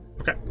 Okay